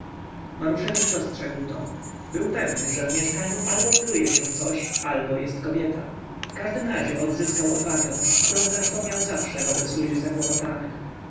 maruszewicz dostrzegł to był pewny że w mieszkaniu albo kluje się coś albo jest kobieta w każdym razie odzyskał odwagę którą zresztą miał zawsze wobec ludzi